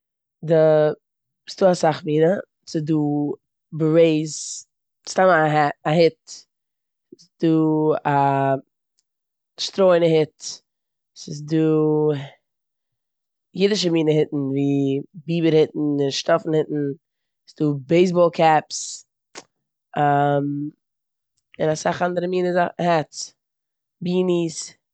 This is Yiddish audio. די- ס'דא אסאך מינע. ס'דא בערעטס, סתם א הע- א הוט, ס'דא א שטרויענע הוט, ס'איז דאאידישע מינע הוטן ווי ביבער הוטן אוןו שטאפין הוטן, ס'דא בעיסבאל קעפס, און אסאך אנדערע מינע זא- העטס, ביניס.